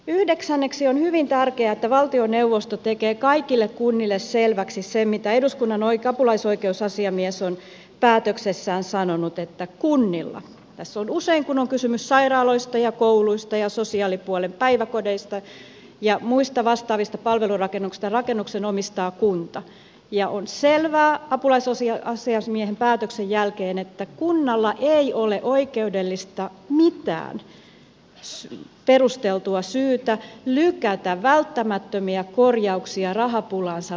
yhdeksänneksi on hyvin tärkeää että valtioneuvosto tekee kaikille kunnille selväksi sen mitä eduskunnan apulaisoikeusasiamies on päätöksessään sanonut että kunnalla usein kun on kysymys sairaaloista ja kouluista ja sosiaalipuolen päiväkodeista ja muista vastaavista palvelurakennuksista rakennuksen omistaa kunta ja on selvää apulaisoikeusasiamiehen päätöksen jälkeen ei ole mitään perusteltua oikeudellista syytä lykätä välttämättömiä korjauksia rahapulaansa vedoten